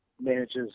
manages